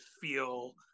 feel